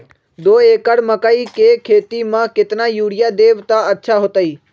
दो एकड़ मकई के खेती म केतना यूरिया देब त अच्छा होतई?